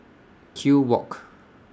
Kew Walk